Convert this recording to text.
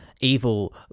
evil